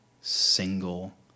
single